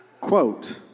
Quote